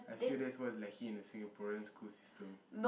I feel that's what's lacking in the Singaporean school system